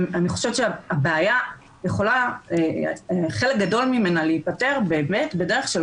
חלק גדול מהבעיה יכול להיפתר בדרך של